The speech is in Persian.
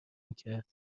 میکرد